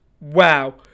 wow